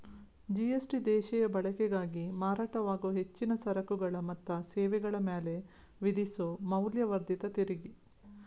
GST ದೇಶೇಯ ಬಳಕೆಗಾಗಿ ಮಾರಾಟವಾಗೊ ಹೆಚ್ಚಿನ ಸರಕುಗಳ ಮತ್ತ ಸೇವೆಗಳ ಮ್ಯಾಲೆ ವಿಧಿಸೊ ಮೌಲ್ಯವರ್ಧಿತ ತೆರಿಗಿ